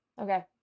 Okay